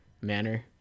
manner